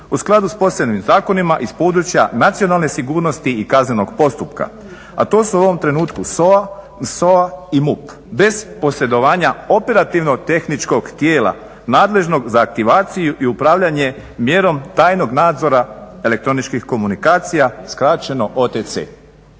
U skladu s posebnim zakonima iz područja nacionalne sigurnosti i kaznenog postupka, a to su u ovom trenutku SOA i MUP, bez posredovanja operativno-tehničkog tijela, nadležnog za aktivaciju i upravljanje mjerom tajnog nadzora elektroničkih komunikacija, skraćeno OTC.